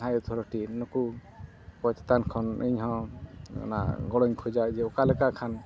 ᱟᱭᱳ ᱛᱷᱚᱲᱟ ᱴᱤᱢ ᱱᱩᱠᱩ ᱩᱱᱠᱩ ᱪᱮᱛᱟᱱ ᱠᱷᱚᱱ ᱤᱧ ᱦᱚᱸ ᱚᱱᱟ ᱜᱚᱲᱚᱧ ᱠᱷᱚᱡᱟ ᱡᱮ ᱚᱠᱟ ᱞᱮᱠᱟ ᱠᱷᱟᱱ